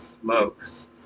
smokes